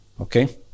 okay